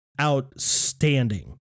outstanding